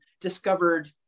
discovered